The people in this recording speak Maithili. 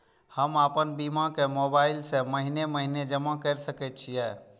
हम आपन बीमा के मोबाईल से महीने महीने जमा कर सके छिये?